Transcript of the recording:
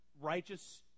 righteous